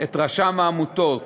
את רשם העמותות